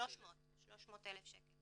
300,000 או 800,000 שקל?